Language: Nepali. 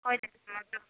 कहिलेसम्म